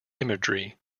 imagery